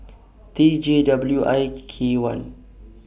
T J W I K one